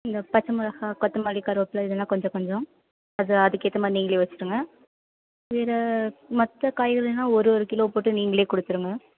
இந்த பச்சை மொளகாய் கொத்தமல்லி கருவேப்பிலை இதெல்லாம் கொஞ்சம் கொஞ்சம் அது அதுக்கேற்ற மாதிரி நீங்களே வச்சிருங்க வேறே மற்ற காய்கறிலாம் ஒரு ஒரு கிலோ போட்டு நீங்களே கொடுத்துருங்க